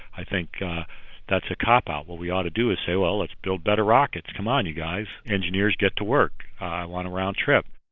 i think that's a cop-out. what we oughta do is say well, let's build better rockets. come on you guys, engineers, get to work. i want a round trip.